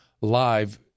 live